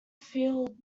feel